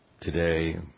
today